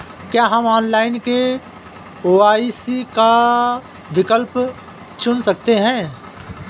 क्या हम online KYC का विकल्प चुन सकते हैं?